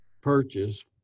purchase